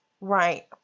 Right